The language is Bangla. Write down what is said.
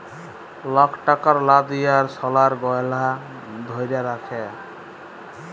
লক টাকার লা দিঁয়ে সলার গহলা ধ্যইরে রাখে